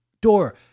door